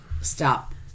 Stop